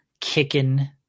kicking